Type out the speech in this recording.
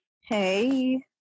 Hey